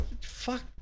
fuck